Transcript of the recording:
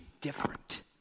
different